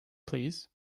please